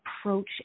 approach